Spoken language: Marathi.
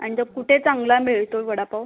आणि दं कुठे चांगला मिळतो वडापाव